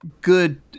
good